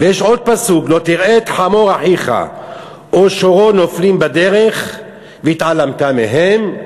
ויש עוד פסוק: לא תראה את חמור אחיך או שורו נופלים בדרך והתעלמת מהם,